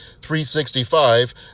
365